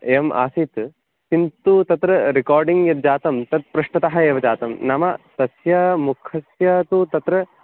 एवम् आसीत् किन्तु तत्र रेकार्डिङ् यद् जातं तद् पृष्ठतः एव जातं नाम तस्य मुखस्य तु तत्र